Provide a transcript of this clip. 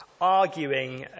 arguing